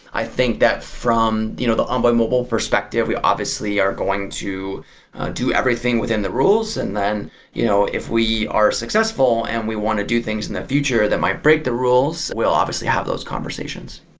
i think that from you know the envoy mobile perspective, we obviously are going to do everything within the rules, and then you know if we are successful and we want to do things in the future that might break the rules, we'll obviously have those conversations.